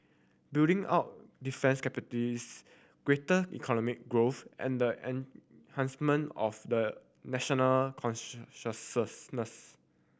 building up defence capabilities greater economic growth and the enhancement of the national